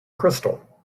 crystal